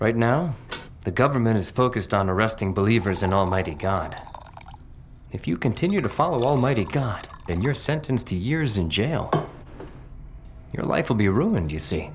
right now the government is focused on arresting believers and almighty god if you continue to follow almighty god then you're sentenced to years in jail your life will be ruined you see